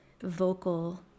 vocal